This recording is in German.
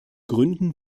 gründen